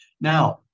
now